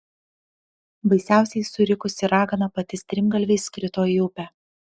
baisiausiai surikusi ragana pati strimgalviais krito į upę